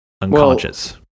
unconscious